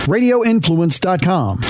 Radioinfluence.com